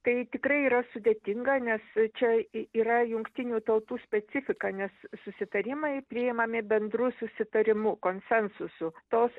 tai tikrai yra sudėtinga nes čia yra jungtinių tautų specifika nes susitarimai priimami bendru susitarimu konsensusu tos